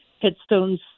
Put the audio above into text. headstones